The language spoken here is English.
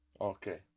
Okay